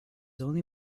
only